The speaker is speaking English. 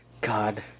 god